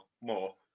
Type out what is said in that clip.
more